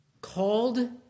called